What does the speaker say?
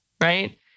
right